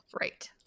Right